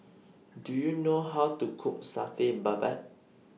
Do YOU know How to Cook Satay Babat